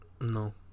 No